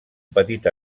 petit